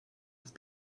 have